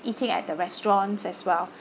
eating at the restaurants as well